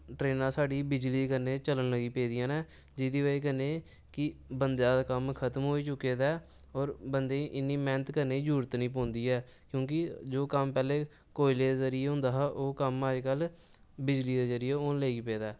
ट्रेनां साढ़ी बिजली कन्नै चलन लगी पेदियां न जेहदी बजह् कन्नै की बंदे दा कम्म खत्म होई चुके दा ओ और इन्नी मैह्नत करनें दी जरूरत निं ऐ क्योंकी कम्म पैह्ले कोयले दे जरिये होंदा हा ओह् कम्म अज्ज कल बिजली दे जरियै होन लेई पे दा ऐ